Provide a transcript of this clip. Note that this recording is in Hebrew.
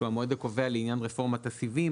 שהוא המועד הקובע לעניין רפורמת הסיבים,